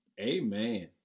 amen